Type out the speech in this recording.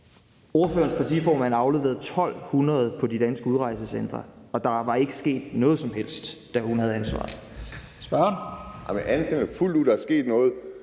Ordførerens partiformand afleverede 1.200 på de danske udrejsecentre, og der var ikke sket noget som helst, mens hun havde ansvaret. Kl. 11:51 Første næstformand